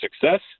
success